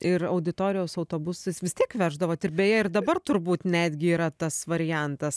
ir auditorijos autobusas vis tiek veždavot ir beje ir dabar turbūt netgi yra tas variantas